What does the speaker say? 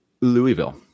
Louisville